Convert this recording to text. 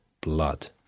blood